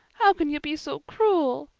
how can you be so cruel?